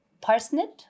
parsnip